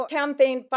campaign